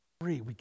three